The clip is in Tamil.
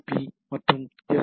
பி மற்றும் எஸ்